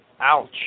ouch